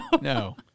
No